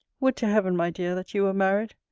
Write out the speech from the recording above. would to heaven, my dear, that you were married!